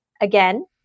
again